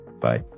bye